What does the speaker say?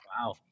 Wow